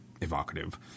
evocative